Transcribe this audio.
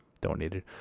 donated